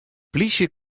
plysje